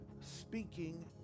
speaking